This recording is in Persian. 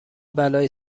بلایی